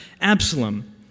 Absalom